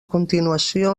continuació